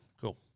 cool